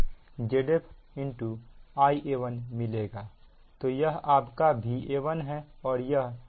तो यह आपका Va1 है और यह Va2 है